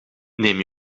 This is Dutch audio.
neem